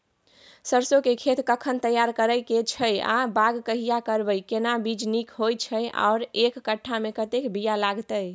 सरसो के खेत कखन तैयार करै के छै आ बाग कहिया करबै, केना बीज नीक होय छै आर एक कट्ठा मे केतना बीया लागतै?